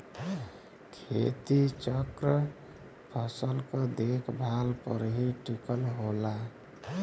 खेती चक्र फसल क देखभाल पर ही टिकल होला